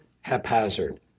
haphazard